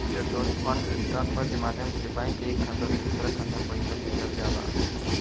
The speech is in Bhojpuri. इलेक्ट्रॉनिक फंड ट्रांसफर के माध्यम से बैंक के एक खाता से दूसरा खाता में पईसा भेजल जाला